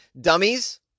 Dummies